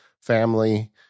family